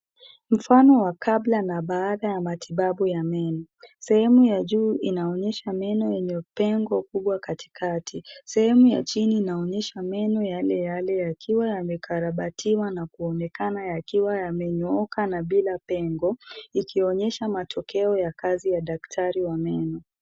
Mfano wa kabla na baada ya matibabu ya meno. Sehemu ya juu inaonyesha meno yenye pengo kubwa katikati. Sehemu ya chini inaonyesha meno yale yale yakiwa yamekarabatiwa na kuonekana yakiwa yamenyooka na bila pengo, ikionyesha matokeo ya kazi ya daktari wa meno.